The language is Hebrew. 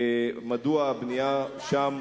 מדוע הבנייה שם,